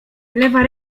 lewa